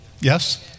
Yes